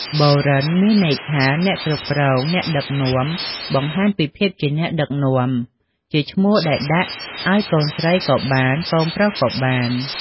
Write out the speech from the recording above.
បូរិន មានន័យថាអ្នកគ្រប់គ្រង អ្នកដឹកនាំ បង្ហាញពីភាពជាអ្នកដឹកនាំ ជាឈ្មោះដែលដាក់ឲ្យកូនស្រីក៏បាន កូនប្រុសក៏បាន។